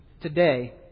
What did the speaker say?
Today